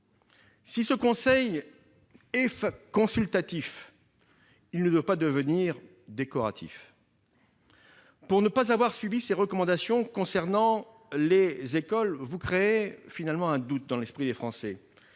Si ce conseil est consultatif, il ne doit pas devenir décoratif. Pour ne pas avoir suivi ses recommandations concernant les écoles, vous finissez par créer un doute dans l'esprit des Français.